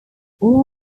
all